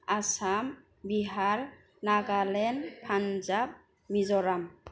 Assam Bihar Nagaland Punjab Mizoram